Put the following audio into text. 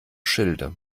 schilde